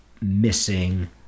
missing